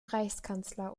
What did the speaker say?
reichskanzler